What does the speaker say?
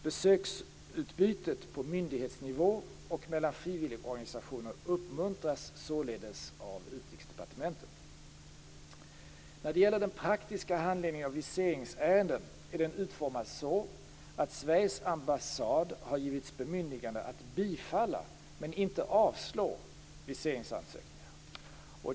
Beöksutbytet på myndighetsnivå och mellan frivilligorganisationer uppmuntras således av Den praktiska handläggningen av viseringsärenden är utformad så att Sveriges ambassad har givits bemyndigande att bifalla, men inte avslå, viseringsansökningar.